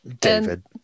David